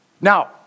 Now